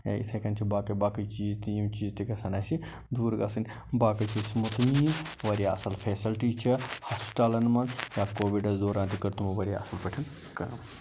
یا یِتھے کٔنۍ چھِ باقٕے باقٕے چیٖز تہِ یِم چیٖز تہِ گَژھن اَسہِ دوٗر گَژھٕنۍ باقٕے وارِیاہ اَصٕل فیسلٹی چھِ ہسپِٹالن منٛز یا کووِڈس دوران کٔر تِمو وارِیاہ اَصٕل پٲٹھۍ کٲم